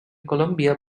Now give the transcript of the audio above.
colombia